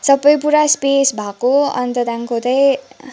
सबै पुरा स्पेस भएको अन्त त्यहाँदेखिन्को चाहिँ